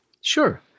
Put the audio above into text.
Sure